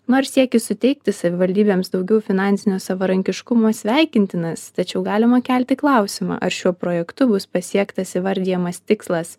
nors siekis suteikti savivaldybėms daugiau finansinio savarankiškumo sveikintinas tačiau galima kelti klausimą ar šiuo projektu bus pasiektas įvardijamas tikslas